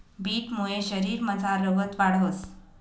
बीटमुये शरीरमझार रगत वाढंस